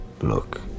Look